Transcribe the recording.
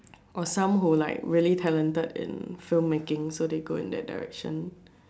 got some who like really talented in film making so they go in that direction